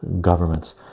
governments